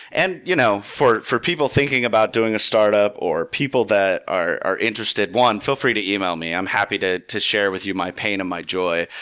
and you know for for people thinking about doing a startup, or people that are are interested, one feel free to email me. i'm happy to to share with you my pain and my joy.